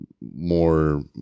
more